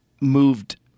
moved